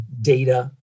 data